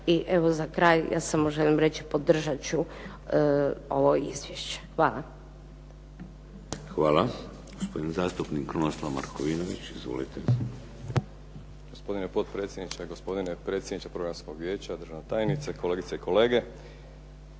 I evo za kraj, ja samo želim reći, podržat ću ovo izvješće. Hvala. **Šeks, Vladimir (HDZ)** Hvala. Gospodin zastupnik Krunoslav Markovinović. Izvolite. **Markovinović, Krunoslav (HDZ)** Gospodine potpredsjedniče, gospodine predsjedniče Programskog vijeća, državna tajnice, kolegice i kolege.